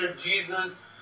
Jesus